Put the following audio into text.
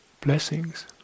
blessings